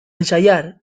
ensayar